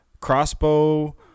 crossbow